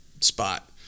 spot